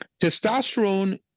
testosterone